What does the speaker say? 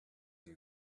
you